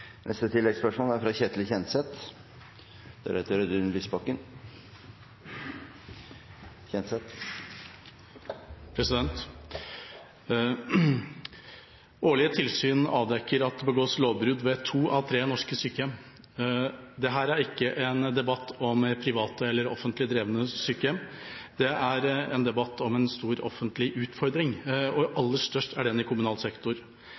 Ketil Kjenseth – til oppfølgingsspørsmål. Årlige tilsyn avdekker at det begås lovbrudd ved to av tre norske sykehjem. Dette er ikke en debatt om privat eller offentlig drevne sykehjem, det er en debatt om en stor offentlig utfordring. Aller størst er den i kommunal sektor.